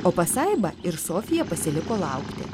o pasaiba ir sofija pasiliko laukti